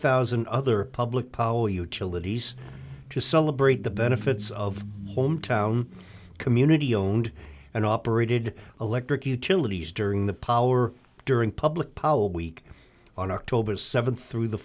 thousand other public policy utilities to celebrate the benefits of hometown community owned and operated electric utilities during the power during public powell week on october th through the